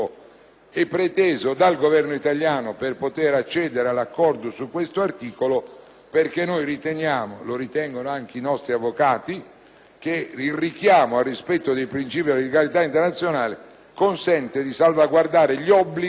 e preteso dal Governo italiano per poter accedere all'accordo su questo articolo perchè noi riteniamo - lo ritengono anche i nostri avvocati - che il richiamo al rispetto dei principi della legalità internazionale consenta di salvaguardare gli obblighi